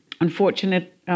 unfortunate